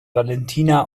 valentina